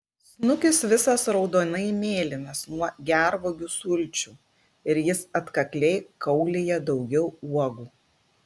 snukis visas raudonai mėlynas nuo gervuogių sulčių ir jis atkakliai kaulija daugiau uogų